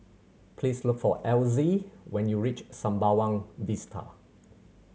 please look for Elzy when you reach Sembawang Vista